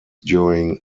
during